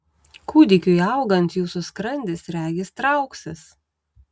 kūdikiui augant jūsų skrandis regis trauksis